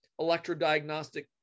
electrodiagnostic